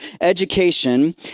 education